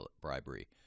bribery